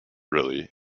really